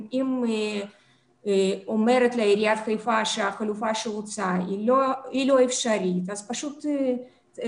אם אומרת לה עיריית חיפה שהחלופה שהוצעה היא לא אפשרית אז פשוט צריך